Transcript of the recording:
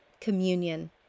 communion